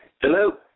Hello